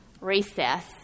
recess